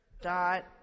dot